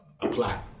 apply